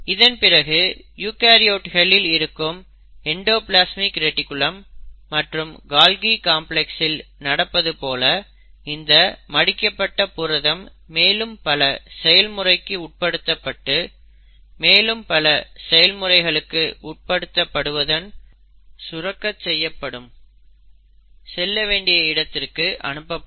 இதன் பிறகு யூகரியோட்ஸ்களில் இருக்கும் எண்டோப்லஸ்மிக் ரெடிக்குலம் மற்றும் கோல்கி காம்ப்ளக்ஸ்சில் நடப்பது போல இந்த மடிக்கப்பட்ட புரதம் மேலும் பல செயல்முறைக்கு உட்படுத்தப்பட்டு மேலும் பல செயல்முறைகளுக்கு உட்பதுத்தப்படுவதன் சுரக்கச்செய்யப்படும் செல்ல வேண்டிய இடத்திற்கு அனுப்பப்படும்